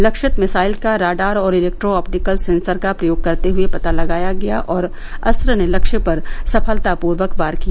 लक्षित मिसाइल का रडार और इलेक्ट्रो ऑप्टिकल सेंसर का प्रयोग करते हुए पता लगाया गया और अस्त्र ने लक्ष्य पर सफलतापूर्वक वार किया